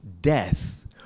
death